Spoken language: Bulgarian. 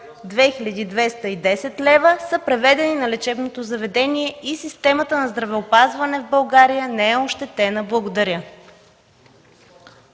2210 лв., са преведени на лечебното заведение и системата на здравеопазване в България не е ощетена. Благодаря.